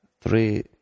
three